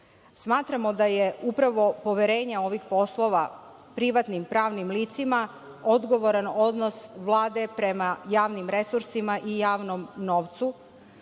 nabavki. Smatramo da je upravo poverenje ovih poslova privatnim pravnim licima odgovoran odnos Vlade prema javnim resursima i javnom novcu.